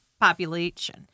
population